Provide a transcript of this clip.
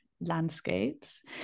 landscapes